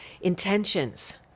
intentions